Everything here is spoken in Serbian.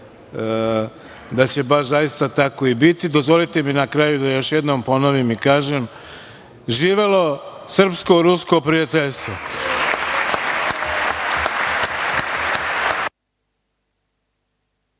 da će baš zaista tako i biti. Dozvolite mi na kraju da još jednom ponovim i kažem - Živelo srpsko-rusko